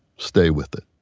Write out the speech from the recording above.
stay with it.